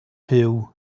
puw